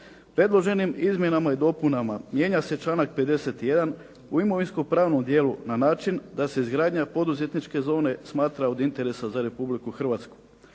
Predloženim izmjenama i dopunama mijenja se članak 51. u imovinsko-pravnom djelu na način da se izgradnja poduzetničke zone smatra od interesa za Republiku Hrvatsku.